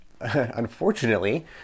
unfortunately